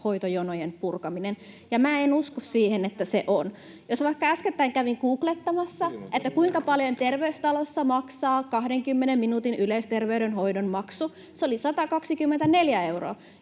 Just näin!] ja en usko siihen, että se on. Äskettäin kävin googlettamassa, kuinka paljon Terveystalossa maksaa 20 minuutin yleisterveydenhoidon maksu: se oli 124 euroa.